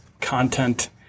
content